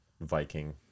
Viking